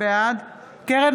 בעד קרן